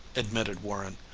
admitted warren.